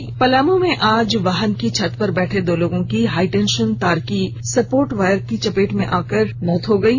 मौत पलामू में आज वाहन की छत पर बैठे दो लोगों की हाइटेंशन तार के सपोर्ट वायर की चपेट में आकर दो लोगों की मौत हो गयी